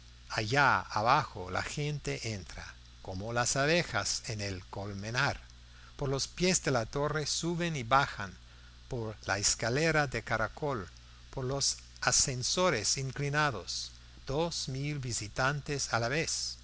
allá abajo la gente entra como las abejas en el colmenar por los pies de la torre suben y bajan por la escalera de caracol por los ascensores inclinados dos mil visitantes a la vez